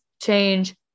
change